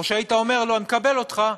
או שהיית אומר לו: אני מקבל אותך,